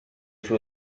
suo